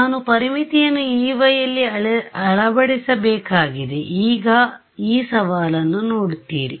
ನಾನು ಪರಿಮಿತಿಯನ್ನು Ey ಲ್ಲಿ ಅಳವಡಿಸ್ಬೇಕಾಗಿದೆ ಈಗ ಈ ಸವಾಲನ್ನು ನೋಡುತ್ತೀರಿ